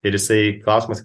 ir jisai klausimas